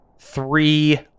three